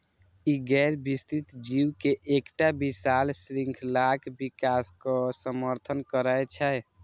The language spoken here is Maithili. ई गैर विस्तृत जीव के एकटा विशाल शृंखलाक विकासक समर्थन करै छै